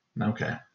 okay